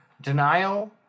Denial